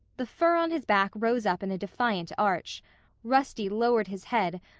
the fur on his back rose up in a defiant arch rusty lowered his head,